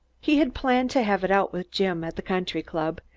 he had planned to have it out with jim at the country-club,